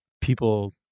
people